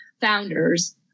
founders